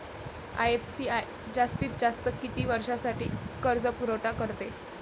IFCI जास्तीत जास्त किती वर्षासाठी कर्जपुरवठा करते?